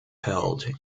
held